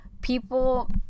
people